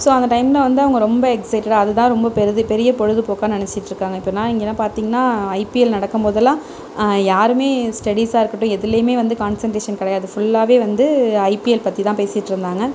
so அந்த டைமில் வந்து அவங்க ரொம்ப எக்ஸைட்டடாக அதுதான் ரொம்ப பெரிது பெரிய பொழுதுபோக்கா நெனச்சிட்டுருக்காங்க இப்போன்னா இங்கேன்னா பார்த்தீங்கன்னா ஐபிஎல் நடக்கும் போதுலாம் யாருமே ஸ்டெடிஸாக இருக்கட்டும் எதுலேயிமே வந்து கான்செண்ட்ரேஷன் கிடையாது ஃபுல்லாகவே வந்து ஐபிஎல் பற்றிதான் பேசிட்டுருந்தாங்க